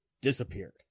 disappeared